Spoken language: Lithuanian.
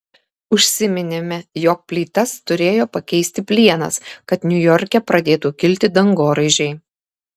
užsiminėme jog plytas turėjo pakeisti plienas kad niujorke pradėtų kilti dangoraižiai